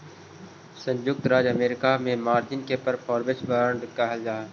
संयुक्त राज्य अमेरिका में मार्जिन के परफॉर्मेंस बांड कहल जा हलई